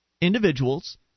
individuals